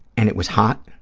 and it was hot,